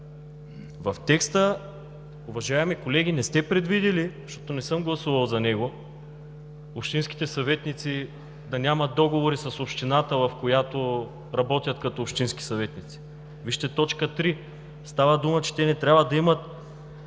В текста, уважаеми колеги, не сте предвидили, защото не съм гласувал за него, общинските съветници да нямат договори с общината, в която работят като общински съветници. Вижте т. 3! Става дума, че те не трябва да имат